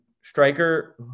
striker